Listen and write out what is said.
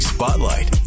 Spotlight